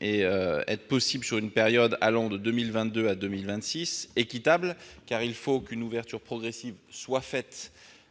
semblant possible sur une période allant de 2022 à 2026. Équitable, car il faut qu'une ouverture progressive intervienne